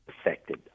affected